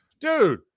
Dude